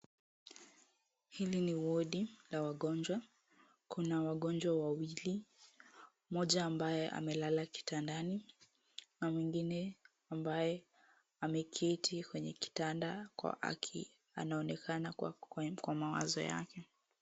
Hili ni wodi la wagonjwa, kuna wagonjwa wawili, mmoja ambaye amelala kitandani na mwingine ambaye ameketi kwenye kitanda huku anaonekana kuwa kwa mawazo yake.